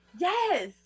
Yes